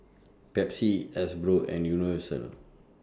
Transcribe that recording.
Pepsi Hasbro and Universal